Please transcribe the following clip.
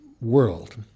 world